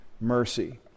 mercy